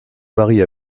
marie